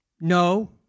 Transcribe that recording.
No